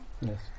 Yes